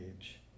age